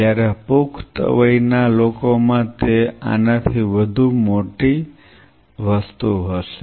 જયારે પુખ્ત વયના લોકો માં તે આનાથી વધુ મોટી વસ્તુ હશે